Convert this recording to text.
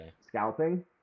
scalping